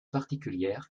particulière